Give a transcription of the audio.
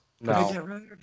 No